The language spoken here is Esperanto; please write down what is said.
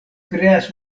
kreas